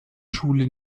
schule